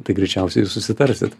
tai greičiausiai jūs susitarsit